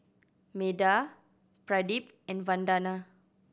Medha Pradip and Vandana